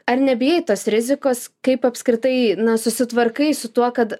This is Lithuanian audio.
ar nebijai tos rizikos kaip apskritai na susitvarkai su tuo kad